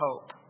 hope